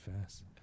fast